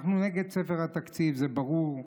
אנחנו נגד ספר התקציב, זה ברור,